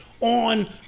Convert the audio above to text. on